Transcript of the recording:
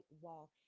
wall